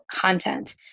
content